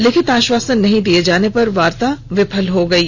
लिखित आश्वासन नहीं दिये जाने पर वार्ता विफल हो गयी